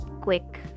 quick